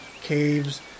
caves